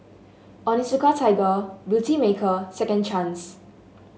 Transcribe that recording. Onitsuka Tiger Beautymaker Second Chance